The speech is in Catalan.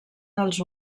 dels